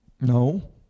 No